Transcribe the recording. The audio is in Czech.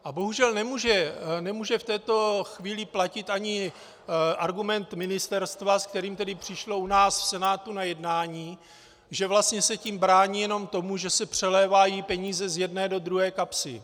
A bohužel nemůže v této chvíli platit ani argument ministerstva, se kterým tedy přišlo u nás do Senátu na jednání, že vlastně se tím brání jenom tomu, že se přelévají peníze z jedné do druhé kapsy.